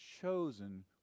chosen